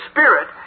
Spirit